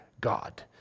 God